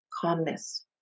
Calmness